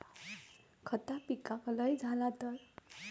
खता पिकाक लय झाला तर?